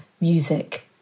music